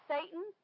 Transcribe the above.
Satan